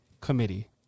committee